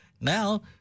Now